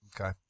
Okay